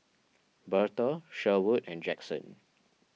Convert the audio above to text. Bertha Sherwood and Jaxson